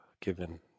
given